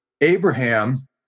Abraham